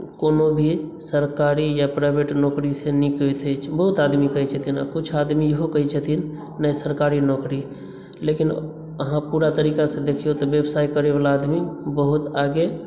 कोनो भी सरकारी या प्राइवेट नौकरीसँ नीक होइत अछि बहुत आदमी कहैत छथिन आ कुछ आदमी इहो कहैत छथिन नहि सरकारी नौकरी लेकिन अहाँ पूरा तरीकासँ देखियौ तऽ व्यवसाय करयवला आदमी बहुत आगे